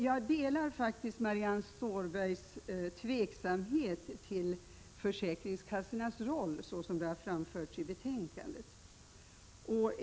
Jag delar faktiskt Marianne Stålbergs tveksamhet till försäkringskassornas roll såsom den framställs i betänkandet.